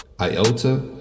Iota